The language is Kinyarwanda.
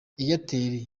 airtel